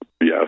Yes